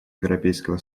европейского